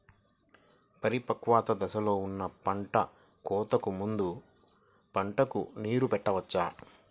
పరిపక్వత దశలో ఉన్న పంట కోతకు ముందు పంటకు నీరు పెట్టవచ్చా?